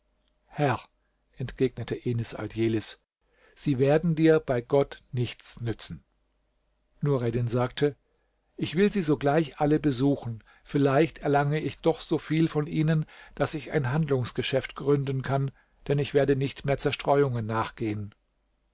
herr entgegnete enis aldjelis sie werden dir bei gott nichts nützen nureddin sagte ich will sie sogleich alle besuchen vielleicht erlange ich doch so viel von ihnen daß ich ein handlungsgeschäft gründen kann denn ich werde nicht mehr zerstreuungen nachgehen